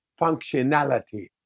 functionality